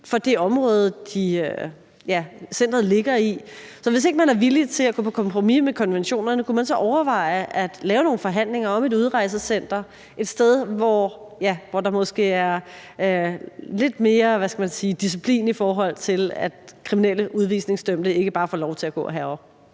for det område, centeret ligger i. Så hvis ikke man er villig til at gå på kompromis med konventionerne, kunne man så overveje at lave nogle forhandlinger om et udrejsecenter et sted, hvor der måske er lidt mere, hvad skal man sige, disciplin, i forhold til at kriminelle udvisningsdømte ikke bare får lov til at gå og